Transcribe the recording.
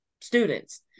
students